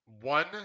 One